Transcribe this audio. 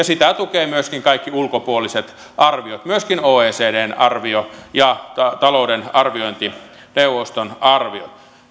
sitä tukevat myöskin kaikki ulkopuoliset arviot myöskin oecdn arvio ja talouden arviointineuvoston arvio